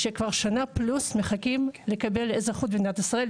שכבר שנה פלוס מחכים לקבל אזרחות במדינת ישראל.